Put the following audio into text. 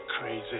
Crazy